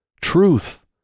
Truth